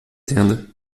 tenda